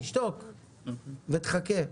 תשתוק ותחכה.